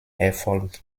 erfolg